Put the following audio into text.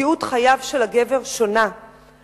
מציאות חייו של הגבר שונה,